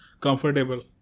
comfortable